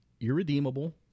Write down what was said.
Irredeemable